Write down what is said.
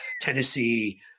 Tennessee